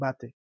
Bate